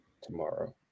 tomorrow